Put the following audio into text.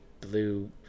blue